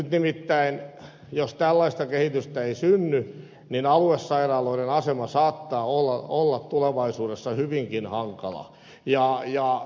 nyt nimittäin jos tällaista kehitystä ei synny aluesairaaloiden asema saattaa olla tulevaisuudessa hyvinkin hankala